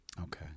Okay